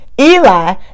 Eli